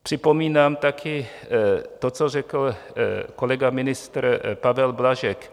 Připomínám také to, co řekl kolega ministr Pavel Blažek.